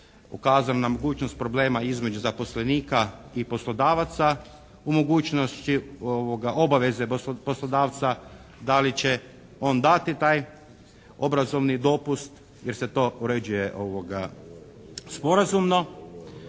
ukazano na mogućnost problema između zaposlenika i poslodavaca u mogućnosti obaveze poslodavca da li će on dati taj obrazovni dopust jer se to uređuje sporazumno,